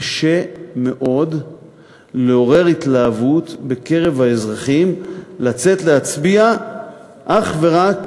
קשה מאוד לעורר התלהבות בקרב האזרחים לצאת להצביע אך ורק